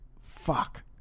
fuck